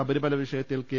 ശബരിമല വിഷയത്തിൽ കെ